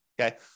Okay